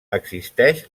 existeix